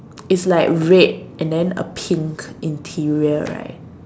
is like red and then a pink interior right